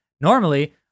normally